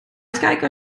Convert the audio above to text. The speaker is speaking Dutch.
uitkijken